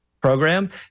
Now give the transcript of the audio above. program